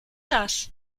das